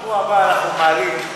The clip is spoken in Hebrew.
בשבוע הבא אנחנו מעלים,